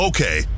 Okay